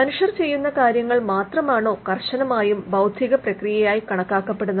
മനുഷ്യർ ചെയ്യുന്ന കാര്യങ്ങൾ മാത്രമാണോ കർശനമായും ബൌദ്ധിക പ്രക്രിയയായി കണക്കാക്കപ്പെടുന്നത്